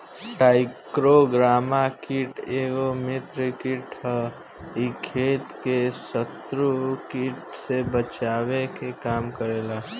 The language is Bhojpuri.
टाईक्रोग्रामा कीट एगो मित्र कीट ह इ खेत के शत्रु कीट से बचावे के काम करेला